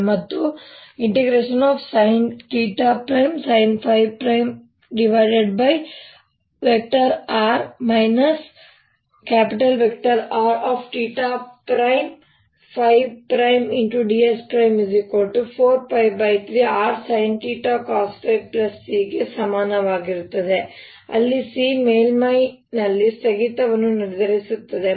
ಮತ್ತು sinsinϕ|r R|ds 4π3rsinθcosϕC ಗೆ ಸಮನಾಗಿರುತ್ತದೆ ಅಲ್ಲಿ Cಮೇಲ್ಮೈಯಲ್ಲಿ ಸ್ಥಗಿತವನ್ನು ನಿರ್ಧರಿಸುತ್ತದೆ